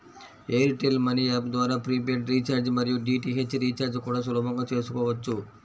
air tell money app ద్వారా prepaid recharge మరియు DTH recharge కూడా సులభంగా చేసుకోవచ్చు